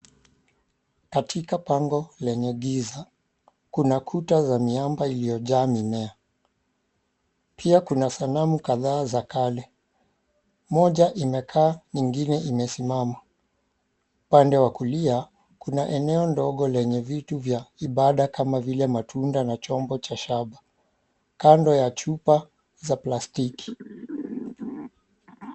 Katika pango lenye giza, kuna kuta za miamba iliyojaa mimea. Pia kuna sanamu kadhaa za kale. Moja imekaa nyingine imesimama. Pande wa kulia, kuna eneo ndogo yenye vitu vya ibada kama vile matunda na chombo cha shaba kando ya chupa za plastiki.